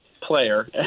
player